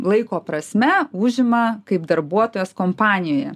laiko prasme užima kaip darbuotojas kompanijoje